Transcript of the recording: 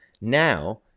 now